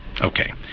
Okay